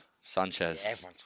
Sanchez